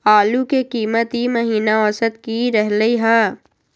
आलू के कीमत ई महिना औसत की रहलई ह?